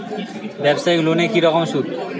ব্যবসায়িক লোনে কি রকম সুদ?